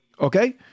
Okay